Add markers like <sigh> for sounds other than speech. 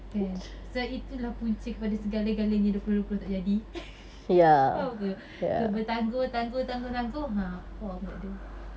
kan sebab itu lah punca kepada segala-galanya dua puluh dua puluh tak jadi <laughs> faham ke kita bertangguh tangguh tangguh tangguh ha hapo pun takde